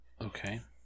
Okay